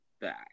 back